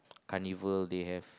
carnival they have